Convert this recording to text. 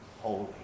holy